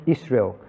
Israel